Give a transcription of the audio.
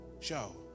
show